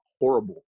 horrible